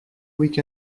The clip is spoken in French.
week